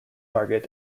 target